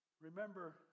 Remember